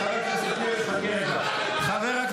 אני חבר כנסת בדיוק כמוך, אדוני.